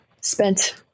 spent